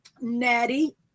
Natty